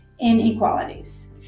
inequalities